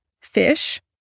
fish